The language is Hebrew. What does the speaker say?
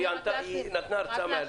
היא נתנה הרצאה מאלפת.